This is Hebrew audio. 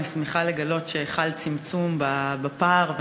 ואני שמחה לגלות שחל צמצום בפער.